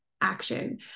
action